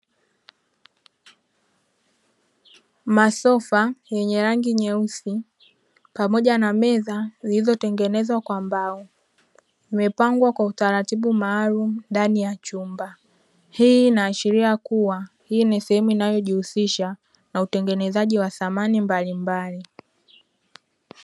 Masofa yenye rangi nyeusi pamoja na meza zilizo tengenezwa kwa mbao, vimepangwa kwa utaratibu maalim ndani ya chumba. Hii inaashiria kua hii ni sehemu inayo jihusisha na utengenezaji wa samani mbalimbali